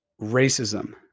Racism